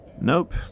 nope